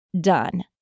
done